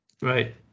right